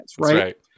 right